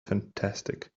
fantastic